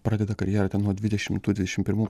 pradeda karjerą ten nuo dvidešimtų dvidešim pirmų